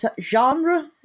genre